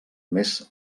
més